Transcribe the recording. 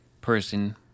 person